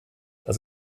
das